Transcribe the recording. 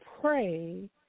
Pray